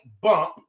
bump